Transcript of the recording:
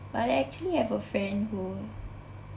but actually I have a friend who